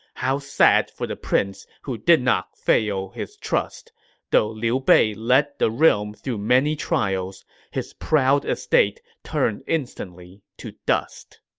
how sad for the prince who did not fail his trust though liu bei led the realm through many trials his proud estate turned instantly to dust